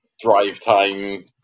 drive-time